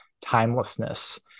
timelessness